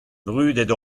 brudet